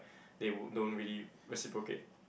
they would don't really reciprocate